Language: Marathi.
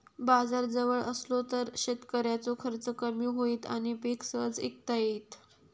बाजार जवळ असलो तर शेतकऱ्याचो खर्च कमी होईत आणि पीक सहज इकता येईत